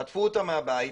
חטפו אותם מהבית,